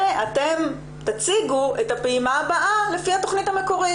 ואתם תציגו את הפעימה הבאה לפי התכנית המקורית,